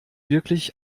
wirklich